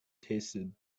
tasted